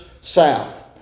South